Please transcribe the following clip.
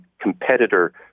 competitor